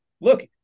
look